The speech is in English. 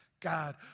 God